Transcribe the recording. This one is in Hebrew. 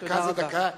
דקה זה דקה.